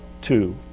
two